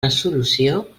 resolució